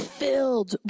filled